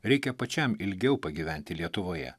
reikia pačiam ilgiau pagyventi lietuvoje